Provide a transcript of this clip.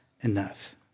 enough